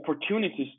opportunities